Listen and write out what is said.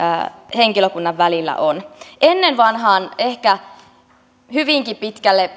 henkilökunnan välillä on ennen vanhaan ehkä hyvinkin pitkälle